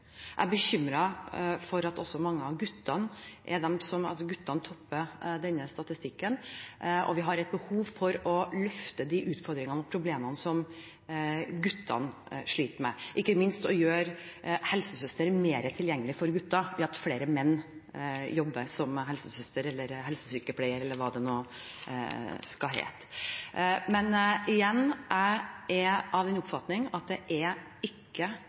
Jeg blir bekymret over at gutter topper den statistikken. Det er behov for å løfte frem utfordringene og problemene som gutter sliter med, ikke minst ved å gjøre helsesøstre eller helsesykepleiere, som det kan komme til å hete, mer tilgjengelig for gutter ved at flere menn jobber som det. Igjen: Jeg er av den oppfatning at det ikke er